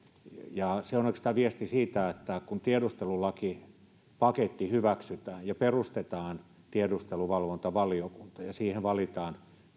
se on oikeastaan viesti siitä että kun tiedustelulakipaketti hyväksytään ja perustetaan tiedusteluvalvontavaliokunta ja siihen valitaan